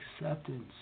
acceptance